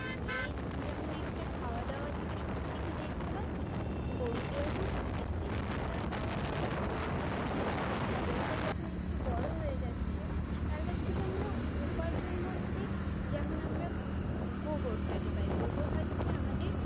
মেয়ের যেমন একটা খাওয়া দাওয়া থেকে সব কিছু দেখতে হয় গোরুকে ওরকম সব কিছু দেখতে হয় তার খাওয়া দাওয়া ভালো মন্দ সব কিছু গরুটা যখন একটু বড়ো হয়ে যাচ্ছে তার কাছ থেকে আমরা উপার্জন বলতে যেমন আমরা গোবরটাকে পাই গোবর হচ্ছে আমাদের